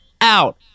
out